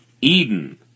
Eden